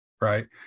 right